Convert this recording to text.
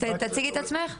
תציגי את עצמך.